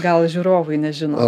gal žiūrovai nežino